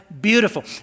beautiful